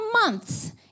months